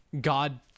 god